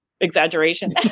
exaggeration